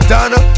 Donna